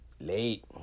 Late